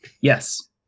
Yes